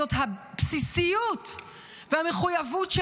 זאת המחויבות הבסיסית שלנו